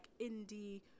indie